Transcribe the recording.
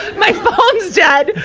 my phone's dead.